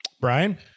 Brian